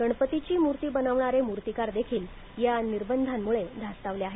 गणपतीची मुर्ती बनवणारे मूर्तीकार देखील या निर्बंधांमुळे धास्तावले आहेत